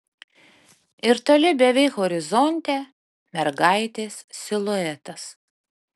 ir toli beveik horizonte mergaitės siluetas